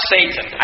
Satan